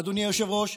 אדוני היושב-ראש,